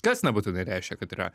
kas nebūtinai reiškia kad yra